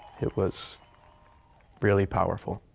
it was really powerful.